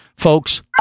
Folks